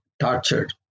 tortured